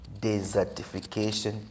desertification